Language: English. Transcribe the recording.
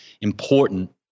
important